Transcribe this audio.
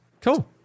Cool